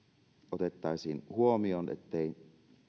otettaisiin huomioon ettei heitteillejättöä